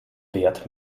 wert